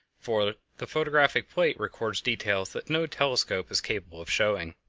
for the photographic plate records details that no telescope is capable of showing.